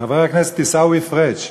חבר הכנסת עיסאווי פריג',